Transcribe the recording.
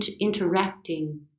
interacting